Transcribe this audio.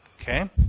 okay